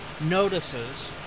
notices